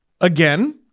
again